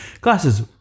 glasses